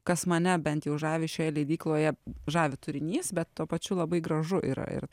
kas mane bent jau žavi šioje leidykloje žavi turinys bet tuo pačiu labai gražu yra ir